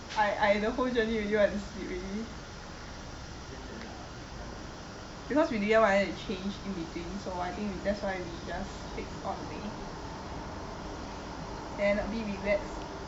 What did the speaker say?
I I the whole journey already want to sleep already because we didn't wanted to change in between so we just wanted to just take all the way then a bit regrets